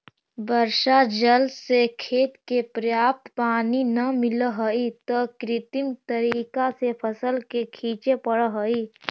वर्षा जल से खेत के पर्याप्त पानी न मिलऽ हइ, त कृत्रिम तरीका से फसल के सींचे पड़ऽ हइ